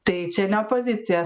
tai čia ne opozicija